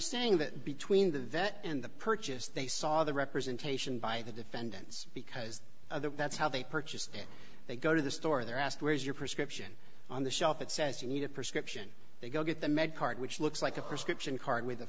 saying that between the vet and the purchase they saw the representation by the defendants because of that that's how they purchased it they go to the store they're asked where is your prescription on the shelf it says you need a prescription they go get the med card which looks like a prescription card with a